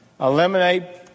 Eliminate